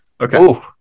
okay